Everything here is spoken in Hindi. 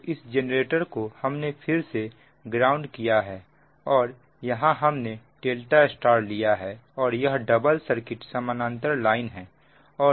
तो इस जेनरेटर को हमने फिर से ग्राउंड किया है और यहां हमने ∆ Y लिया है और यह डबल सर्किट समानांतर लाइन है